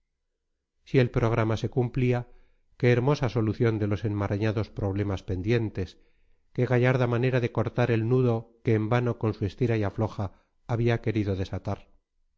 si el programa se cumplía qué hermosa solución de los enmarañados problemas pendientes qué gallarda manera de cortar el nudo que en vano con su estira y afloja había querido desatar